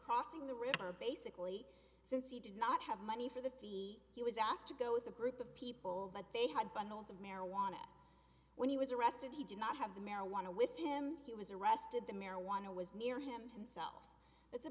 crossing the river basically since he did not have money for the fee he was asked to go with a group of people but they had bundles of marijuana when he was arrested he did not have the marijuana with him he was arrested the marijuana was near him himself that's a